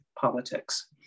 politics